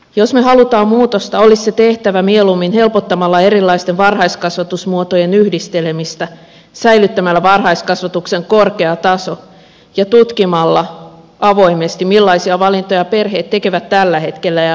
jos me haluamme muutosta olisi se tehtävä mieluummin helpottamalla erilaisten varhaiskasvatusmuotojen yhdistelemistä säilyttämällä varhaiskasvatuksen korkea taso ja tutkimalla avoimesti millaisia valintoja perheet tekevät tällä hetkellä ja miksi